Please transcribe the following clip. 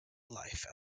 life